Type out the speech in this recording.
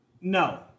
No